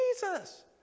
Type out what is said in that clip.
Jesus